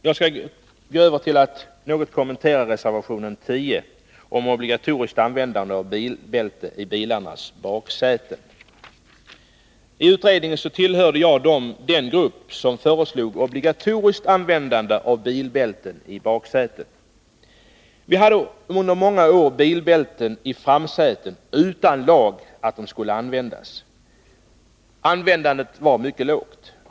Jag skall nu gå över till att något kommentera reservation nr 10 om obligatoriskt användande av bilbälte i bilarnas baksäten. I utredningen tillhörde jag den grupp som föreslog obligatoriskt användande av bilbälte i baksätet. Vi hade under många år bilbälten i framsätet utan lag om att de skulle användas. Användandet var mycket lågt.